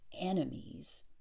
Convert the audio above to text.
enemies